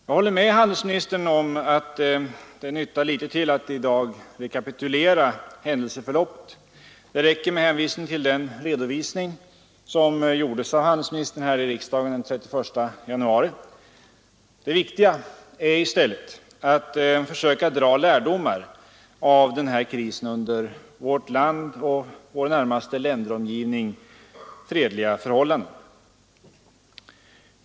Jag håller med handelsministern om att det nyttar föga att i dag rekapitulera händelseförloppet — det räcker med en hänvisning till den redovisning som gjordes av handelsministern här i riksdagen den 31 januari. Det viktiga är i stället att försöka dra lärdomar av den här krisen under för vårt land och vår närmaste länderomgivning fredliga förhållanden.